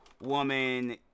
woman